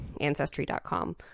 ancestry.com